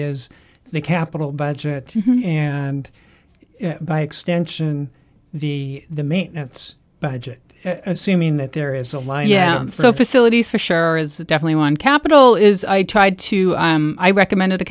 is the capital budget and by extension the the maintenance budget assuming that there is a line yeah so facilities for share is definitely one capital is i tried to i recommended a